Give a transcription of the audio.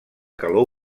calor